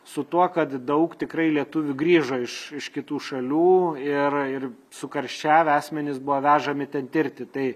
su tuo kad daug tikrai lietuvių grįžo iš iš kitų šalių ir ir sukarščiavę asmenys buvo vežami ten tirti tai